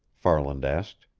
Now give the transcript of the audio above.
farland asked.